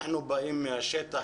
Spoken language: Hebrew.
אנחנו באים מהשטח,